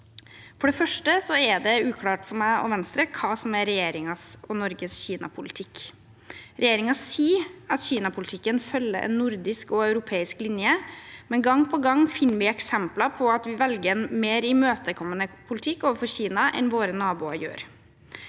For det første er det uklart for meg og Venstre hva som er regjeringens og Norges Kina-politikk. Regjeringen sier at Kina-politikken følger en nordisk og europeisk linje, men gang på gang finner vi eksempler på at vi velger en mer imøtekommende politikk overfor Kina enn våre naboer gjør.